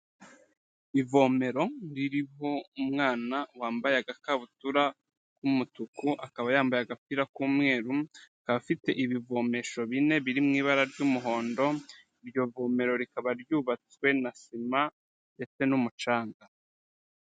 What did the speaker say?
Ivomero ririho umwana wambaye agakabutura k'umutuku, akaba yambaye agapira k'umweru akaba afite ibivomesho bine biri mu ibara ry'umuhondo, iryo vomero rikaba ryubatswe na sima ndetsete n'umucanga.